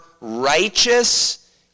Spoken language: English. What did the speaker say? righteous